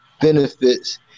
benefits